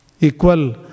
equal